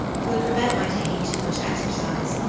who would prevent my taking too much exercise,